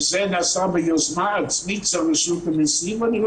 הקבוצה הזאת לגמרי בחשיבה אצלנו, רק